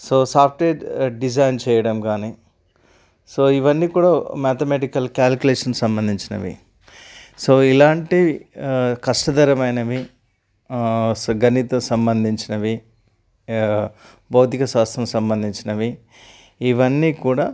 so software design చేయడం కానీ so ఇవన్నీ కూడా మ్యాథమెటికల్ క్యాలిక్యులేషన్స్ సంబంధించినవి సో ఇలాంటి కష్టతరమైనవి స గణిత సంబంధించినవి భౌతిక శాస్త్రం సంబంధించినవి ఇవన్నీ కూడా